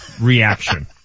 reaction